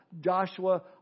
Joshua